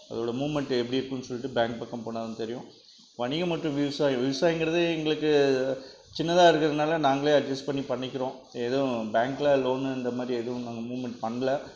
அதோட மூமென்ட்டு எப்படி இருக்குன்னு சொல்லிட்டு பேங்க் பக்கம் போனாதான் தெரியும் வணிகம் மற்றும் விவசாயம் விவசாயங்கிறது எங்களுக்கு சின்னதாக இருக்கிறதுனால நாங்களே அட்ஜெஸ்ட் பண்ணி பண்ணிக்கிறோம் எதுவும் பேங்க்கில் லோனு இந்தமாதிரி எதுவும் நாங்கள் மூமென்ட் பண்ணல